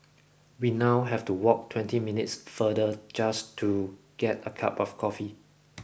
we now have to walk twenty minutes further just to get a cup of coffee